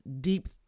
deep